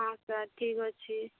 ହଁ ସାର୍ ଠିକ୍ ଅଛି